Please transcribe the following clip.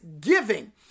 giving